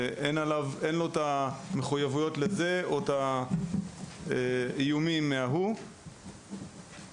שאין לו מחויבויות לאף אחד מהצדדים ושלא סופג איומים מאף אחד מהצדדים.